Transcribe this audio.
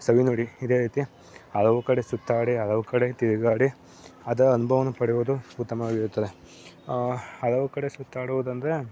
ಸವಿನುಡಿ ಇದೆ ರೀತಿ ಹಲವು ಕಡೆ ಸುತ್ತಾಡಿ ಹಲವು ಕಡೆ ತಿರುಗಾಡಿ ಅದರ ಅನುಭವನು ಪಡೆವುದು ಉತ್ತಮವಾಗಿರುತ್ತದೆ ಹಲವು ಕಡೆ ಸುತ್ತಾಡುವುದೆಂದ್ರೆ